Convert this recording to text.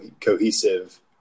cohesive